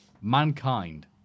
Mankind